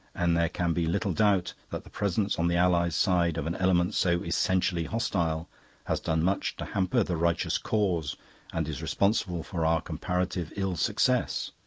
and there can be little doubt that the presence on the allies' side of an element so essentially hostile has done much to hamper the righteous cause and is responsible for our comparative ill-success.